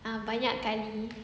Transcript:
uh banyak kali